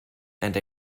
and